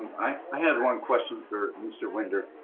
i had one question for mr. winter.